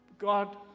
God